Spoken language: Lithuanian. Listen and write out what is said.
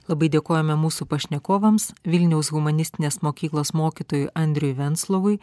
labai dėkojame mūsų pašnekovams vilniaus humanistinės mokyklos mokytojui andriui venclovui